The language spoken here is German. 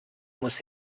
muss